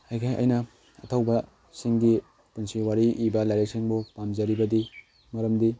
ꯑꯗꯒꯤ ꯑꯩꯅ ꯑꯊꯧꯕꯁꯤꯡꯒꯤ ꯄꯨꯟꯁꯤ ꯋꯥꯔꯤ ꯏꯕ ꯂꯥꯏꯔꯤꯛꯁꯤꯡꯕꯨ ꯄꯥꯝꯖꯔꯤꯕꯗꯤ ꯃꯔꯝꯗꯤ